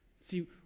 See